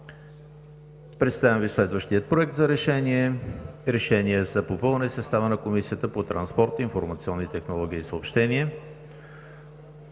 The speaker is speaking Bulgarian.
Представям Ви следващия: Проект! РЕШЕНИЕ за попълване състава на Комисията по транспорт, информационни технологии и съобщения